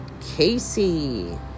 Casey